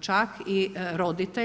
čak i roditelj.